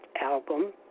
album